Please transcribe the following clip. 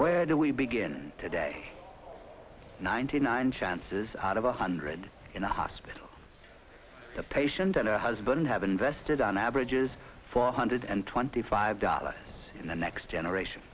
where do we begin today ninety nine chances out of a hundred in the hospital the patient and her husband have invested an average is four hundred and twenty five dollars in the next generation